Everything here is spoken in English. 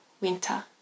winter